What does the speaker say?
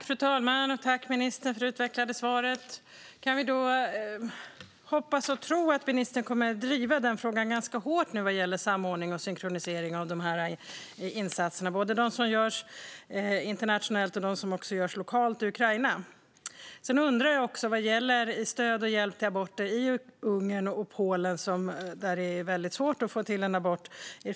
Fru talman! Jag tackar ministern för det utvecklade svaret. Kan vi hoppas och tro att ministern kommer att driva frågan hårt vad gäller samordning och synkronisering av insatserna, både de som görs internationellt och de som görs lokalt i Ukraina? Sedan var det frågan om stöd och hjälp till aborter i Ungern och Polen, där det är svårt att få abort.